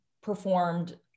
performed